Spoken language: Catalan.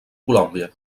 colòmbia